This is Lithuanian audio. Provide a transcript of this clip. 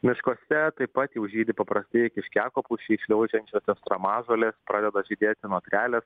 miškuose taip pat jau žydi paprastieji kiškiakopūsčiai šliaužiančiosios tramažolės pradeda žydėti notrelės